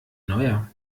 neuer